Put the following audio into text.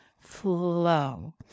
flow